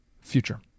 future